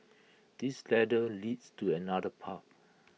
this ladder leads to another path